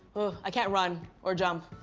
i can't run or jump.